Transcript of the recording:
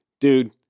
dude